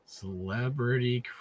celebrity